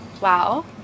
wow